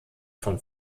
von